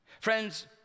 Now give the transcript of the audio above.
Friends